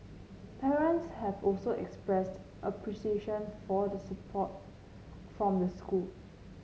parents have also expressed appreciation for the support from the school